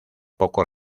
poco